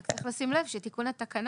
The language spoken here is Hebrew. רק צריך לשים לב שתיקון התקנות